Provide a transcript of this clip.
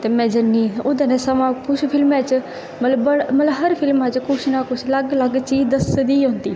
ते नज़र निं ओह्दे कन्नै कुछ फिल्मां च मतलब हर फिल्मा च मतलब कुछ ना कुछ चीज़ अलग दस्सी दी गै होंदी